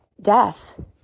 death